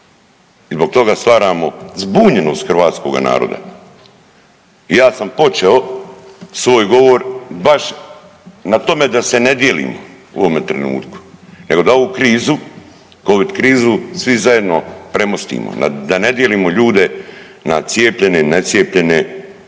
I zbog toga stvaramo zbunjenost hrvatskoga naroda. I ja sam počeo svoj govor baš na tome da se ne dijelimo u ovome trenutku nego ovu krizu, Covid krizu svi zajedno premostimo, da ne dijelimo ljude na cijepljene i necijepljene,